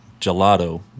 gelato